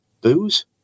Booze